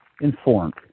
informed